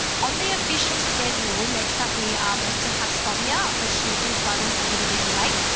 on the official schedule next up we are meant to have sanija, ah but she is running a little bit late,